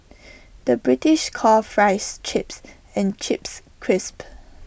the British calls Fries Chips and Chips Crisps